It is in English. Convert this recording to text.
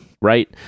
right